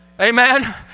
Amen